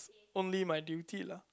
only my duty lah